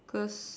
cause